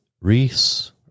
Reese